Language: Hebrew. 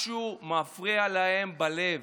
משהו מפריע להם בלב.